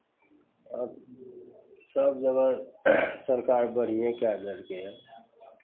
आब सभजगह सरकार बढ़िएँ कए देलकैए